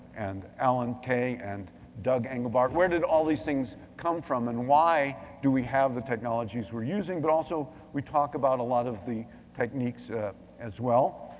and alan kay, and doug englebart. where did all these things come from and why do we have the technologies were using? but also we talk about a lot of the techniques as well.